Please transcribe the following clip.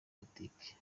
politiki